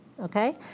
okay